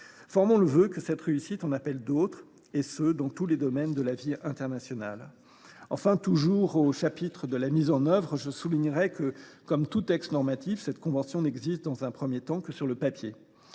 Formons le vœu que cette réussite en appelle d’autres, et ce dans tous les domaines de la vie internationale. Enfin, toujours au chapitre de la mise en œuvre, je soulignerai que, comme tout texte normatif, cette convention n’existera dans un premier temps que sur le papier.